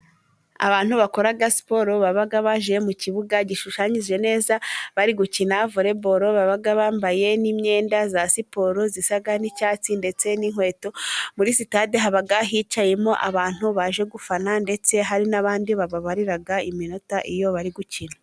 Abantu bakora siporo baba baje mu kibuga gishushanyije neza, bari gukina voreboro. Baba bambaye n'imyenda ya siporo isa n'icyatsi, ndetse n'inkweto. Muri sitade haba hicayemo abantu baje gufana, ndetse hari n'abandi bababarira iminota iyo bari gukira.